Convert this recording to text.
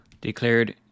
Declared